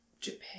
Japan